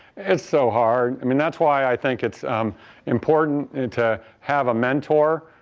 it's so hard. i mean that's why i think it's important and to have a mentor,